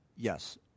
Yes